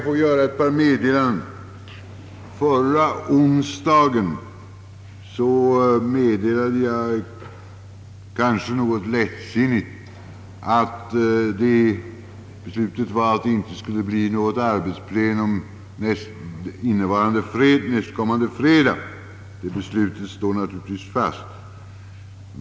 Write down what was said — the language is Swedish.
Förra onsdagen meddelade jag kanske något lättsinnigt att det beslutats att det inte skulle hållas något arbetsplenum fredagen den 22 mars. Det beslutet står naturligtvis fast.